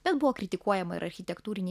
bet buvo kritikuojama ir architektūriniai